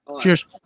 Cheers